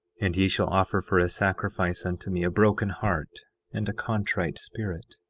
and ye shall offer for a sacrifice unto me a broken heart and a contrite spirit.